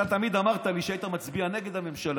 אתה תמיד אמרת לי שהיית מצביע נגד הממשלה,